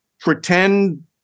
pretend